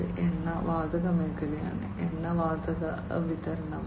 ഇത് എണ്ണ വാതക മേഖലയിലാണ് എണ്ണ വാതക വിതരണം